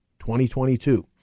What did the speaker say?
2022